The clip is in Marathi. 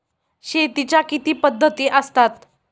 शेतीच्या किती पद्धती असतात?